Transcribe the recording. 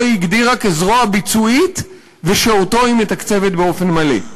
היא הגדירה כזרוע ביצועית ואותו היא מתקצבת באופן מלא".